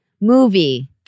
movie